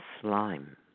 slime